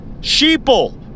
Sheeple